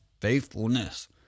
faithfulness